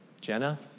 Jenna